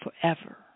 forever